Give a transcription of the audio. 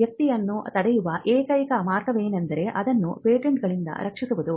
ವ್ಯಕ್ತಿಯನ್ನು ತಡೆಯುವ ಏಕೈಕ ಮಾರ್ಗವೆಂದರೆ ಅದನ್ನು ಪೇಟೆಂಟ್ಗಳಿಂದ ರಕ್ಷಿಸುವುದು